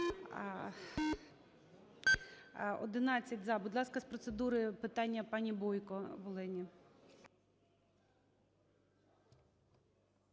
За-11 Будь ласка, з процедури питання пані Бойко